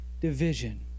division